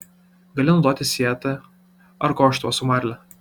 gali naudoti sietį ar koštuvą su marle